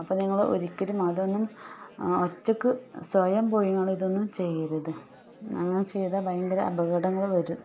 അപ്പം നിങ്ങൾ ഒരിക്കലും അതൊന്നും ഒറ്റക്ക് സ്വയം പോയി നിങ്ങളിതൊന്നും ചെയ്യരുത് അങ്ങനെ ചെയ്താൽ ഭയങ്കര അപകടങ്ങൾ വരും